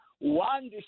One